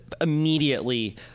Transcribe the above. immediately